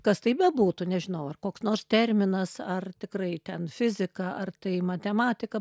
kas tai bebūtų nežinau ar koks nors terminas ar tikrai ten fizika ar tai matematika